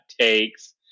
Takes